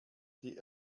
die